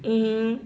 eh